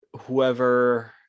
whoever